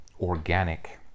organic